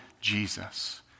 Jesus